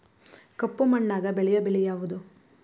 ಕಪ್ಪು ಮಣ್ಣಾಗ ಬೆಳೆಯೋ ಬೆಳಿ ಯಾವುದು?